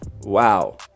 wow